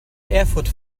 erfurt